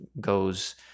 goes